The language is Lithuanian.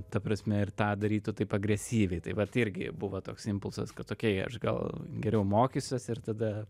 ta prasme ir tą darytų taip agresyviai tai vat irgi buvo toks impulsas kad okei aš gal geriau mokysiuos ir tada